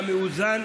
המאוזן,